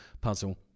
puzzle